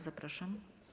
Zapraszam.